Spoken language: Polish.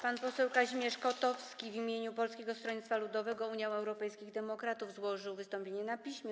Pan poseł Kazimierz Kotowski w imieniu Polskiego Stronnictwa Ludowego - Unii Europejskich Demokratów złożył wystąpienie na piśmie.